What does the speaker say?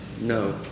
No